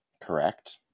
Correct